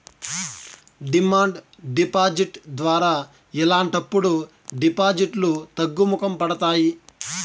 demand deposit ద్వారా ఇలాంటప్పుడు డిపాజిట్లు తగ్గుముఖం పడతాయి